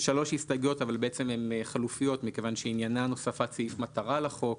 שהן חלופיות מכיוון שעניינן הוא הוספת סעיף מטרה לחוק.